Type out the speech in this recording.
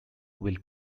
will